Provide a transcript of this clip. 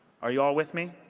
are you all with me?